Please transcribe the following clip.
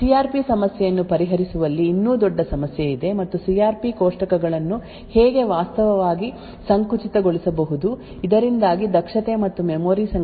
C R P ಸಮಸ್ಯೆಯನ್ನು ಪರಿಹರಿಸುವಲ್ಲಿ ಇನ್ನೂ ದೊಡ್ಡ ಸಮಸ್ಯೆ ಇದೆ ಮತ್ತು ಸಿ ಆರ್ ಪಿ ಕೋಷ್ಟಕಗಳನ್ನು ಹೇಗೆ ವಾಸ್ತವವಾಗಿ ಸಂಕುಚಿತಗೊಳಿಸಬಹುದು ಇದರಿಂದಾಗಿ ದಕ್ಷತೆ ಮತ್ತು ಮೆಮೊರಿ ಸಂಗ್ರಹಣೆಯನ್ನು ಕಡಿಮೆ ಮಾಡಬಹುದು